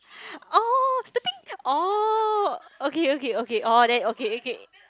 oh the thing oh okay okay okay oh then okay okay